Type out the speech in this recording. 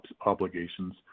obligations